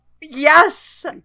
Yes